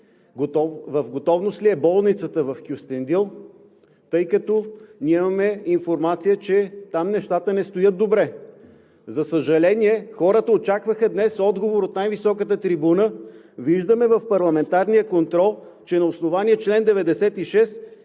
в готовност ли е болницата в Кюстендил, тъй като имаме информация, че там нещата не стоят добре? За съжаление, хората очакваха днес отговор от най-високата трибуна, виждаме в парламентарния контрол, че на основание чл. 96